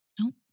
Nope